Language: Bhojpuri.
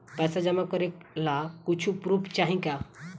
पैसा जमा करे ला कुछु पूर्फ चाहि का?